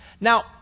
Now